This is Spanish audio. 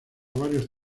varios